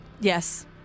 Yes